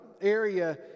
area